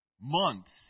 months